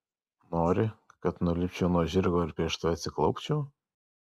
nori kad nulipčiau nuo žirgo ir prieš tave atsiklaupčiau